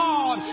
God